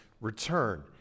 return